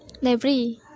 library